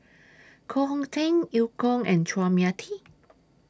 Koh Hong Teng EU Kong and Chua Mia Tee